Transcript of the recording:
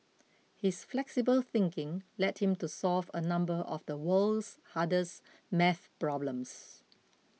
his flexible thinking led him to solve a number of the world's hardest math problems